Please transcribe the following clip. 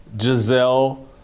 Giselle